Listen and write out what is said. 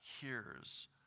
hears